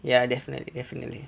ya definitely definitely